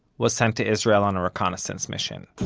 was sent to israel on a reconnaissance mission.